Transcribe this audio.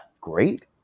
great